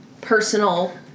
personal